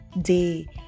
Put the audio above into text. day